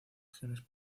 regiones